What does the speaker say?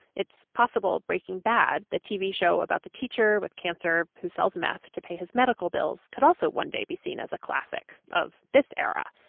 it's possible that breaking bad, the tv show about the teacher with cancer who sells meth to pay his medical bills, could also one day be seen as a classic of this era.